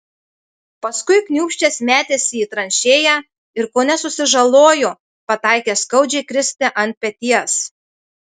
paskui kniūbsčias metėsi į tranšėją ir kone susižalojo pataikęs skaudžiai kristi ant peties